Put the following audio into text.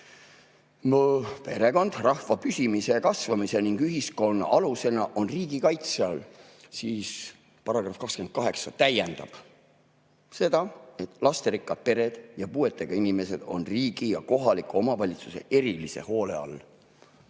"Perekond rahva püsimise ja kasvamise ning ühiskonna alusena on riigi kaitse all." Paragrahv 28 täiendab seda: "Lasterikkad pered ja puuetega inimesed on riigi ja kohalike omavalitsuste erilise hoole all."